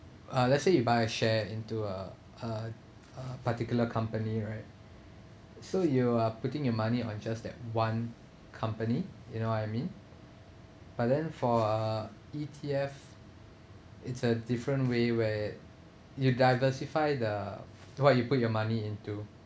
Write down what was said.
uh let's say you buy share into a a a particular company right so you are putting your money on just that one company you know what I mean but then for uh E_T_F it's a different way where you diversify the what you put your money into